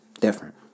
Different